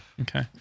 Okay